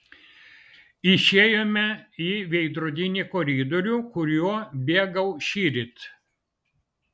išėjome į veidrodinį koridorių kuriuo bėgau šįryt